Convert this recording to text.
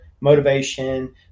motivation